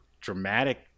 dramatic